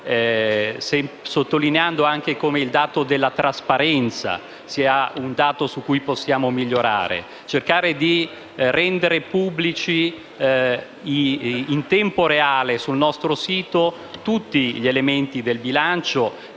sottolineando come il dato della trasparenza sia uno di quelli su cui possiamo migliorare. Penso - ad esempio - a rendere pubblici in tempo reale sul nostro sito tutti gli elementi del bilancio,